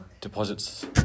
deposits